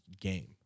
game